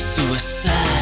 Suicide